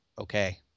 Okay